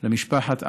למשפחת עטר,